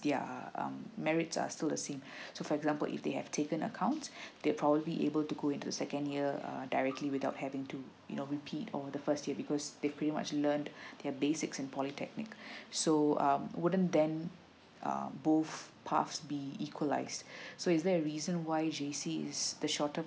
their uh merit is still the same so for example if they have taken account they probably able to go into second year err directly without having to you know be on the first year because they pretty much learn their basics in polytechnic so um wouldn't then um both paths be equalized so is there a reason why J_C is the shorter